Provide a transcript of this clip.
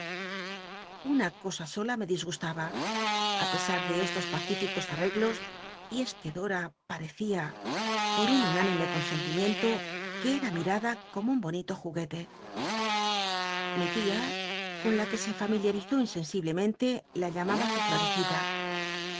una cosa sola me disgustaba í pesar de estos pacilicos arreglos y es que dora parecia por un un inime consentimiento ue era mirada como un bonito juguete mi tia con la que se familiarizó insensiblemente la llamaba su fl